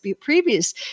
previous